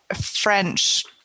French